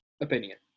opinion